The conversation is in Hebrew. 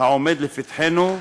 העומד לפתחנו,